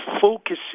focusing